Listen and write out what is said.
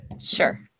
Sure